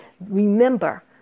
Remember